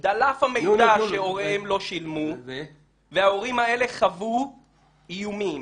המידע שהוריהם לא שילמו וההורים האלה חוו איומים.